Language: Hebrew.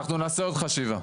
אנחנו נעשה עוד חשיבה.